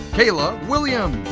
kailia wiliams.